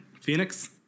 Phoenix